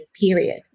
period